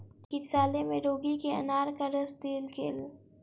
चिकित्सालय में रोगी के अनारक रस देल गेल